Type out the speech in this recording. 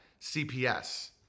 CPS